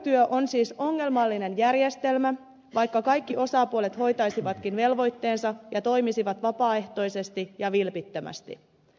vuokratyö on siis ongelmallinen järjestelmä vaikka kaikki osapuolet hoitaisivatkin velvoitteensa ja toimisivat vapaaehtoisesti ja vilpittömästi